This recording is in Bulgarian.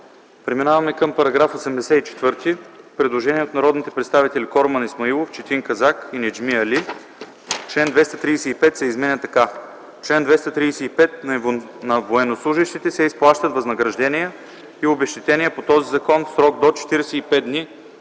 По § 84 има предложение от народните представители Корман Исмаилов, Четин Казак и Неджми Али – чл. 235 се изменя така: „Чл. 235. На военнослужещите се изплащат възнаграждения и обезщетения по този закон в срок до 45 дни